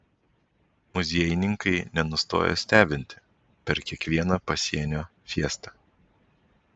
muziejininkai nenustoja stebinti per kiekvieną pasienio fiestą